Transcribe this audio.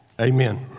Amen